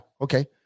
okay